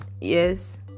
Yes